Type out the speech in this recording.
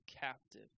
captive